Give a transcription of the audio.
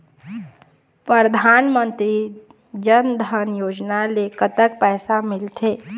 परधानमंतरी जन धन योजना ले कतक पैसा मिल थे?